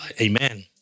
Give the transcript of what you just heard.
Amen